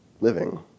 living